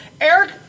Eric